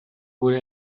wurde